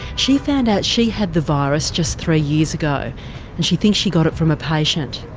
she found out she had the virus just three years ago, and she thinks she got it from a patient.